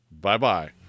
Bye-bye